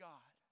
God